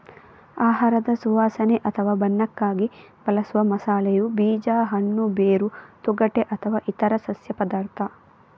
ಆಹಾರದ ಸುವಾಸನೆ ಅಥವಾ ಬಣ್ಣಕ್ಕಾಗಿ ಬಳಸುವ ಮಸಾಲೆಯು ಬೀಜ, ಹಣ್ಣು, ಬೇರು, ತೊಗಟೆ ಅಥವಾ ಇತರ ಸಸ್ಯ ಪದಾರ್ಥ